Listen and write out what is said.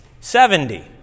Seventy